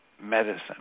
medicine